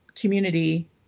community